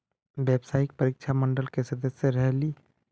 व्यावसायिक परीक्षा मंडल के सदस्य रहे ली?